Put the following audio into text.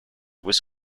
was